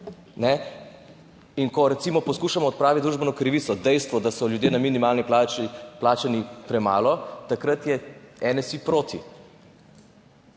In ko, recimo, poskušamo odpraviti družbeno krivico, dejstvo, da so ljudje na minimalni plači, plačani premalo, takrat je NSi proti.